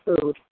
food